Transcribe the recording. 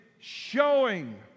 showing